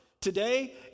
today